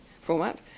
format